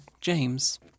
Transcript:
James